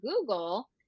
google